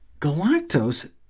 Galactose